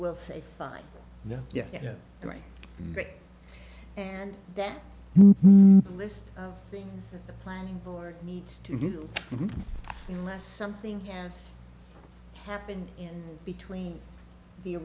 will say fine no yeah right and that list of things that the planning board needs to do unless something has happened in between the